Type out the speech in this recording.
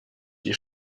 die